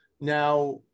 Now